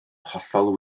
hollol